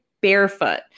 barefoot